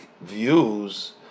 views